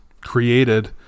created